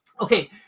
Okay